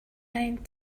mind